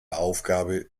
aufgabe